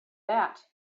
that